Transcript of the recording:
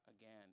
again